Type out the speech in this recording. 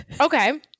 Okay